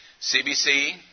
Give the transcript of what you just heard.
CBC